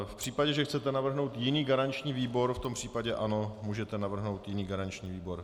V případě, že chcete navrhnout jiný garanční výbor, v tom případě ano, můžete navrhnout jiný garanční výbor.